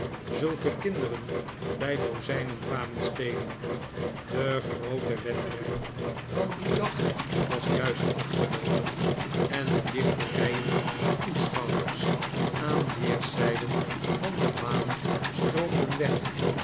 zulke kinderen bij dozijnen kwamen stelen de groote wedren van dien dag was juist afgeloopen en de dichte rijen toeschouwers aan weerszijden van de baan stroomden weg